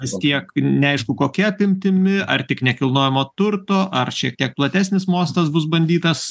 vis tiek neaišku kokia apimtimi ar tik nekilnojamo turto ar šiek tiek platesnis mostas bus bandytas